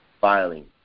Filing